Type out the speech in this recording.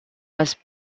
was